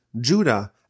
Judah